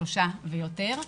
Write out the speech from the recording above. שלושה או יותר.